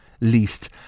least